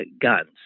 guns